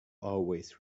always